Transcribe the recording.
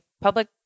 public